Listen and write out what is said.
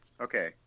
Okay